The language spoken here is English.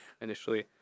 initially